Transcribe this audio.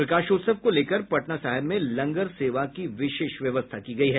प्रकाशोत्सव को लेकर पटना साहिब में लंगर सेवा की विशेष व्यवस्था की गयी है